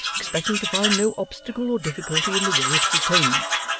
expecting to find no obstacle or difficulty in the way of its attainment.